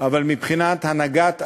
אבל מבחינת הנהגת המדינה,